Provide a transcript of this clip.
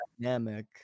dynamic